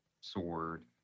sword